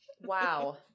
wow